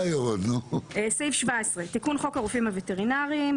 תיקון חוק17.בחוק הרופאים הווטרינרים,